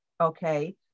okay